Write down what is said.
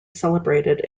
celebrated